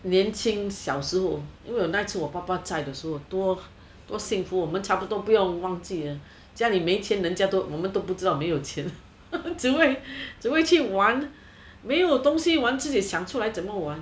念亲小时候应为那次我爸爸在的时候多多幸福我们差不多不用忘记家里没钱人家我们都不知道没钱只会去玩没有东西玩自己想出来怎样玩